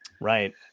right